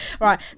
Right